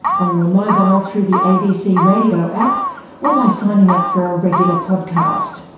on your mobile through the abc radio app or by signing up for a regular podcast.